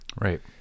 right